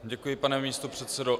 Děkuji, pane místopředsedo.